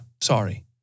Sorry